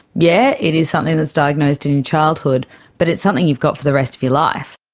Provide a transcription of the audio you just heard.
yeah it is something that's diagnosed in your childhood but it's something you've got for the rest of your life.